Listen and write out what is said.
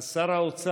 אז שר האוצר